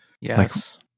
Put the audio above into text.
Yes